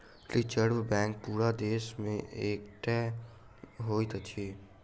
reserve bank पूरा देश मे एकै टा होइत अछि